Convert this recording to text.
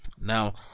Now